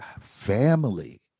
family